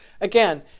Again